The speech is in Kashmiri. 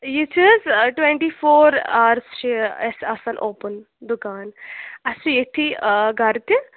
یہِ چھِ حظ ٹُوونٹی فور آرٕس چھِ یہِ اَسہِ آسان اوٚپُن دُکان اَسہِ چھِ ییٚتھی گَرٕ تہِ